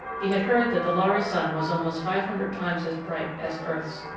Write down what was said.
he had heard that the lhari sun was almost five hundred times as bright as earth's.